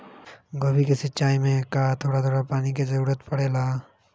गोभी के सिचाई में का थोड़ा थोड़ा पानी के जरूरत परे ला?